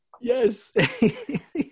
yes